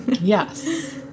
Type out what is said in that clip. Yes